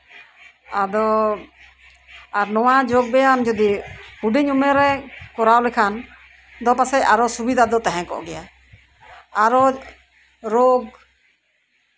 ᱟᱫᱚ ᱟᱨ ᱱᱚᱣᱟ ᱡᱳᱜᱽ ᱵᱮᱭᱟᱢ ᱡᱩᱫᱤ ᱦᱩᱰᱤᱧ ᱩᱢᱮᱨ ᱨᱤᱧ ᱠᱚᱨᱟᱣ ᱞᱮᱠᱷᱟᱱ ᱫᱚ ᱯᱟᱥᱮᱡ ᱟᱨᱚ ᱥᱩᱵᱤᱫᱟ ᱫᱚ ᱛᱟᱦᱮᱸ ᱠᱚᱜ ᱜᱮᱭᱟ ᱟᱨ ᱨᱳᱜᱽ